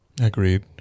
Agreed